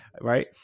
Right